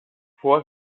four